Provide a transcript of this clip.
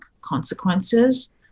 consequences